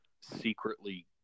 secretly